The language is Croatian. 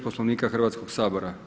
Poslovnika Hrvatskoga sabora.